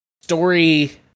Story